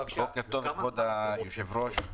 בוקר טוב לכבוד היושב ראש,